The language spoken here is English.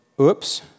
oops